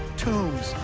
tombs,